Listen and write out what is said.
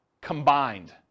combined